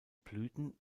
blüten